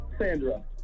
Sandra